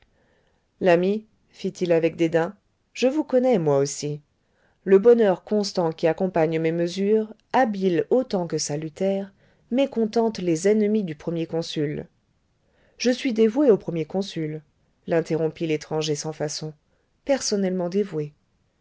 l'ami fit-il avec dédain je vous connais moi aussi le bonheur constant qui accompagne mes mesures habiles autant que salutaires mécontente les ennemis du premier consul je suis dévoué au premier consul l'interrompit l'étranger sans façon personnellement dévoué